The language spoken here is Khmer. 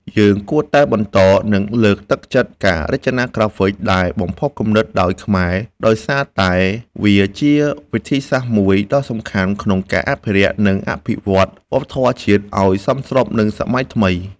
យើងគួរតែបន្ត និងលើកទឹកចិត្តការរចនាក្រាហ្វិកដែលបំផុសគំនិតដោយខ្មែរ ដោយសារតែវាជាវិធីសាស្រ្តមួយដ៏សំខាន់ក្នុងការអភិរក្ស និងអភិវឌ្ឍវប្បធម៌ជាតិឲ្យសមស្របនឹងសម័យថ្មី។